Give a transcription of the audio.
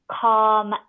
calm